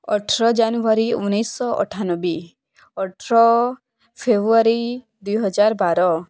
ଅଠର ଜାନୁୟାରୀ ଉଣେଇଶିଶହ ଅଠାନବେ ଅଠର ପେବୃୟାରୀ ଦୁଇ ହଜାର ବାର